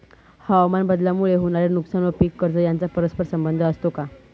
हवामानबदलामुळे होणारे नुकसान व पीक कर्ज यांचा परस्पर संबंध असतो का?